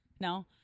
No